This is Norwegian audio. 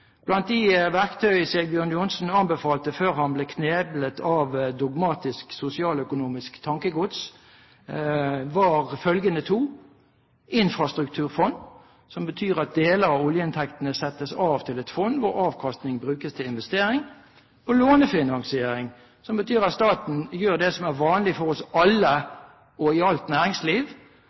Blant de verktøy Sigbjørn Johnsen anbefalte, før han ble kneblet av dogmatisk sosialøkonomisk tankegods, var følgende to: infrastrukturfond, som betyr at deler av oljeinntektene settes av til et fond der avkastningen brukes til investeringer, og lånefinansiering, som betyr at staten gjør det som er vanlig for oss alle – og i alt næringsliv